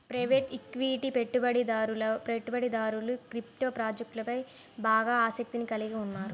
private equity పెట్టుబడిదారులు crypto ప్రాజెక్ట్లపై బాగా ఆసక్తిని కలిగి ఉన్నారు